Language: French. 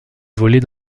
voler